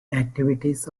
activities